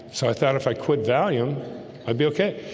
so i thought if i quit valium i'd be okay.